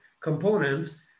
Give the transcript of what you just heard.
components